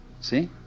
See